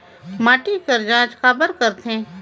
माटी कर जांच काबर करथे?